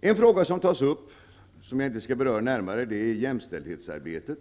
En annan fråga som tas upp och som jag inte skall beröra närmare är frågan om jämställdhetsarbetet.